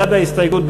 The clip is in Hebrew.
בעד ההסתייגות,